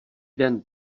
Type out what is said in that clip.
den